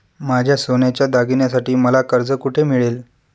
माझ्या सोन्याच्या दागिन्यांसाठी मला कर्ज कुठे मिळेल?